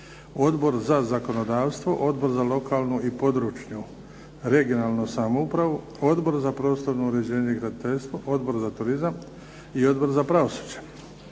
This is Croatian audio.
Odbor za zakonodavstvo, Odbor za lokalnu i područnu (regionalnu) samoupravu, Odbor za prostorno uređenje i graditeljstvo, Odbor za turizam i Odbor za pravosuđe.